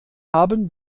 haben